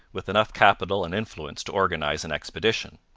with enough capital and influence to organize an expedition.